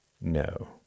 No